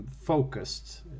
focused